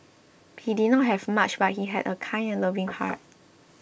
he did not have much but he had a kind and loving heart